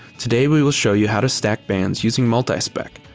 today we will show you how to stack bands using multispec,